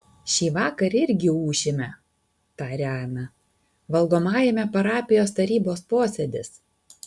šįvakar irgi ūšime tarė ana valgomajame parapijos tarybos posėdis